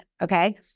okay